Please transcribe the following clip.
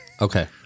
Okay